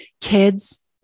kids